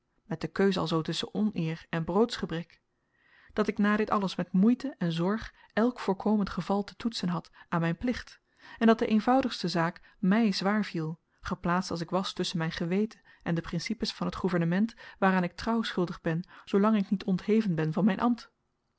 met de keus alzoo tusschen oneer en broodsgebrek dat ik na dit alles met moeite en zorg elk voorkomend geval te toetsen had aan myn plicht en dat de eenvoudigste zaak my zwaar viel geplaatst als ik was tusschen myn geweten en de principes van t gouvernement waaraan ik trouw schuldig ben zoolang ik niet ontheven ben van myn